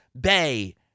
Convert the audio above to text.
Bay